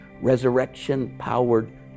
resurrection-powered